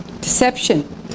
Deception